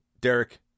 Derek